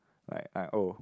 like like oh